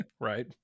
Right